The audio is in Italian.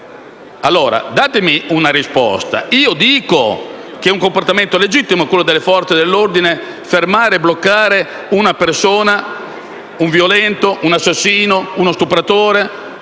allora una risposta: io dico che è un comportamento legittimo quello delle forze dell'ordine che fermano e bloccano una persona, un violento, un assassino, uno stupratore,